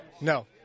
No